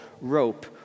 rope